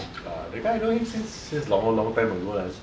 that guy I know him since since long long time ago lah